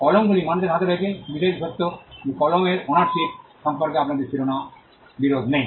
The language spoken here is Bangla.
কলমগুলি মানুষের হাতে রয়েছে এই বিষয়টি সত্য যে কলমের ওনারশিপ সম্পর্কে আমাদের শিরোনাম বিরোধ নেই